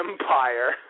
empire